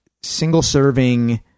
single-serving